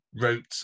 wrote